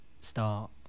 start